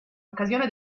occasione